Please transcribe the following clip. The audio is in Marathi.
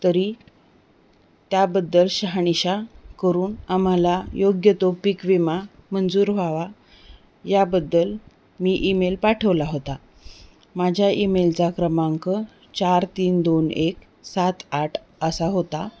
तरी त्याबद्दल शहानिशा करून आम्हाला योग्य तो पिक विमा मंजूर व्हावा याबद्दल मी ईमेल पाठवला होता माझ्या ईमेलचा क्रमांक चार तीन दोन एक सात आठ असा होता